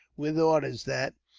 with orders that,